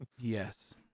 Yes